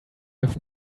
have